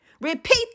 Repeat